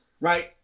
right